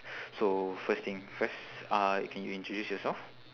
so first thing first uh can you introduce yourself